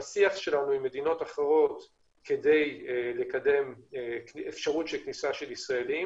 בשיח שלנו עם מדינות אחרות כדי לקדם אפשרות של כניסה של ישראלים